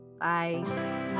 Bye